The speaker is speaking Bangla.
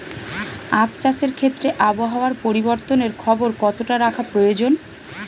আখ চাষের ক্ষেত্রে আবহাওয়ার পরিবর্তনের খবর কতটা রাখা প্রয়োজন?